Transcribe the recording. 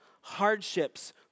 hardships